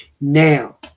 Now